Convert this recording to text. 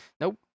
Nope